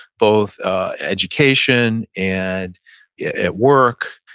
both education and at work.